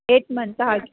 eight months